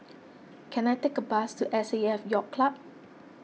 can I take a bus to S A F Yacht Club